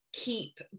keep